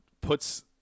puts